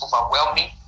overwhelming